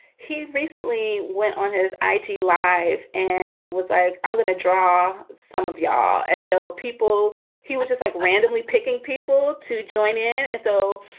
he recently went on his eiti life and was i am going to draw some of ya and so people he would just like randomly picking people to join in. and so